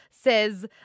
says